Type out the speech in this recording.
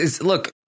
look